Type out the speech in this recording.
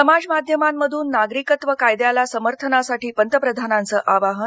समाज माध्यमांमधून नागरिकत्व कायद्याला समर्थनासाठी पंतप्रधानांचं आवाहन